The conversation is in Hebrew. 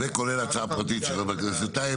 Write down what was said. וכולל ההצעה הפרטית הממוזגת.